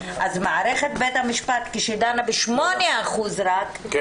אז כאשר מערכת בתי המשפט דנה רק ב-8% מן